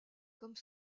comme